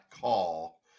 call